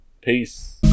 peace